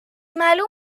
معلوم